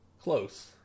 close